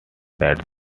that